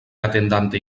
atendante